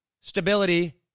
stability